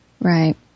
Right